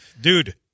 dude